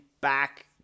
back